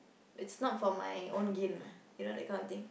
it's not for my own gain lah you know that kind of thing